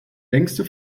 längste